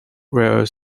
where